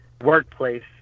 workplace